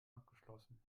abgeschlossen